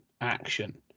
action